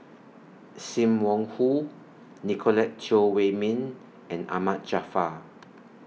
SIM Wong Hoo Nicolette Teo Wei Min and Ahmad Jaafar